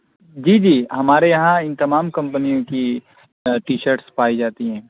جی جی ہمارے یہاں ان تمام کمپنیوں کی ٹی شرٹس پائی جاتی ہیں